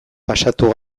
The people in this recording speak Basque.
pasatu